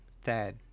thad